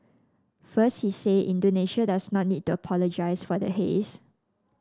first he said Indonesia does not need to apologise for the haze